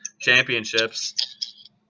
championships